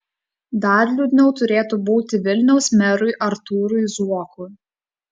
dar liūdniau turėtų būti vilniaus merui artūrui zuokui